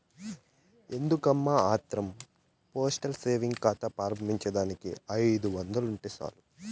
ఎందుకమ్మా ఆత్రం postal savings కాతా ప్రారంబించేదానికి ఐదొందలుంటే సాలు